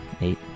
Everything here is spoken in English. eight